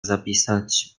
zapisać